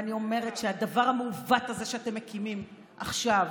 ואני אומרת שאת הדבר המעוות הזה אתם מקימים עכשיו